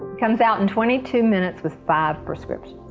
comes out in twenty two minutes with five prescriptions